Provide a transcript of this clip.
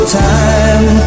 time